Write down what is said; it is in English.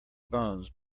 bones